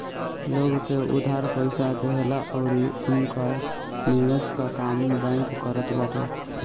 लोग के उधार पईसा देहला अउरी उनकर निवेश कअ काम बैंक करत बाटे